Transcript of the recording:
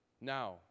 Now